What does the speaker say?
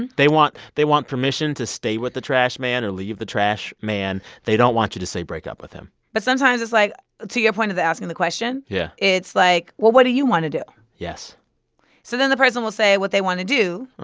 and they want they want permission to stay with the trash man or leave the trash man. they don't want you to say, break up with him but sometimes, it's like to your point of asking the question, yeah it's like, well, what do you want to do? yes so then the person will say what they want to do.